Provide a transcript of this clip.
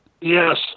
Yes